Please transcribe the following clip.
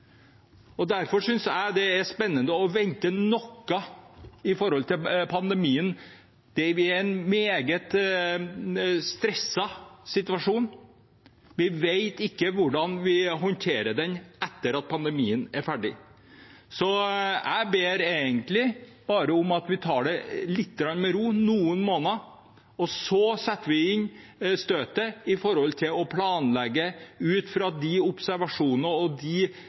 Derfor synes jeg det er spennende å vente noe med tanke på pandemien, der vi er i en meget stresset situasjon. Vi vet ikke hvordan vi håndterer det etter at pandemien er ferdig. Jeg ber egentlig bare om at vi tar det lite grann med ro, noen måneder, og så setter vi inn støtet – og planlegger ut fra de observasjonene og de